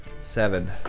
seven